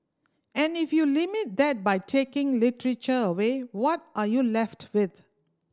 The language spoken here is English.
and if you limit that by taking literature away what are you left with